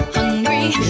hungry